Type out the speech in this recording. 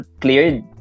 cleared